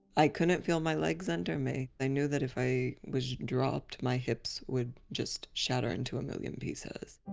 i couldn't feel my legs under me. i knew that if i was dropped, my hips would just shatter into a million pieces.